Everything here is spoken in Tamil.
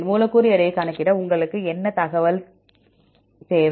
மூலக்கூறு எடையைக் கணக்கிட உங்களுக்கு என்ன தகவல் தேவை